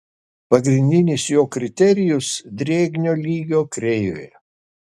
pagrindinis jo kriterijus drėgnio lygio kreivė